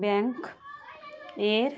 bank এর